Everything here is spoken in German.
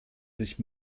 sich